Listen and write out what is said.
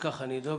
וככה יהיה.